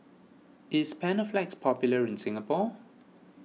is Panaflex popular in Singapore